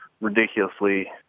Ridiculously